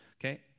Okay